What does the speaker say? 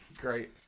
Great